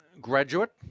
Graduate